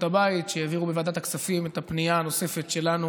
הבית שהעבירו בוועדת הכספים את הפנייה הנוספת שלנו